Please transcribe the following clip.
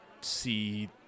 see